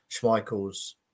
Schmeichel's